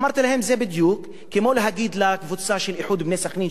אמרתי להם: זה בדיוק כמו להגיד לקבוצה של "איחוד בני סח'נין",